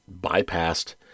bypassed